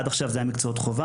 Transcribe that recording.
עד עכשיו אלה היו מקצועות חובה,